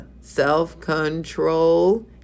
Self-control